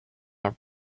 our